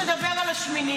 אני רוצה שתדבר על השמינייה.